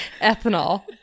ethanol